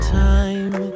time